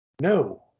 No